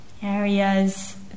areas